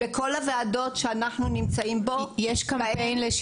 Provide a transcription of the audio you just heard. בכל הוועדות שאנחנו נמצאים בהן זה נאמר,